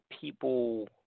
people